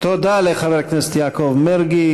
תודה לחבר הכנסת יעקב מרגי.